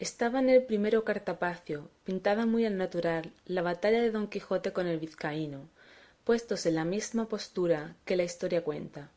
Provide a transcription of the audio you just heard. estaba en el primero cartapacio pintada muy al natural la batalla de don quijote con el vizcaíno puestos en la mesma postura que la historia cuenta